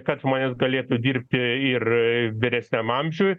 kad žmonės galėtų dirbti ir vyresniam amžiui